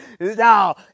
No